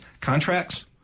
contracts